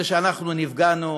הרי שאנחנו נפגענו,